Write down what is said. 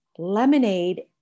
lemonade